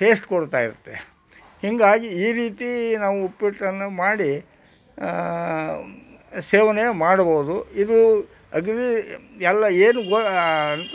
taste ಕೊಡುತ್ತ ಇರುತ್ತೆ ಹೀಗಾಗಿ ಈ ರೀತಿ ನಾವು ಉಪ್ಪಿಟ್ಟನ್ನು ಮಾಡಿ ಸೇವನೆ ಮಾಡ್ಬೋದು ಇದು ಅಗ್ದಿ ಎಲ್ಲ ಏನು ವ ಅಂತ